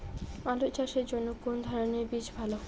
আলু চাষের জন্য কোন ধরণের বীজ ভালো?